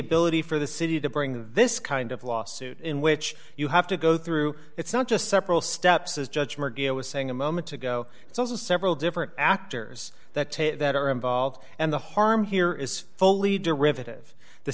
ability for the city to bring this kind of lawsuit in which you have to go through it's not just several steps as judge margaret was saying a moment ago it's also several different actors that take that are involved and the harm here is fully derivative the